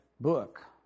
book